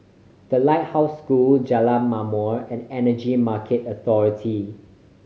The Lighthouse School Jalan Ma'mor and Energy Market Authority